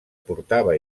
portava